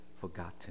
forgotten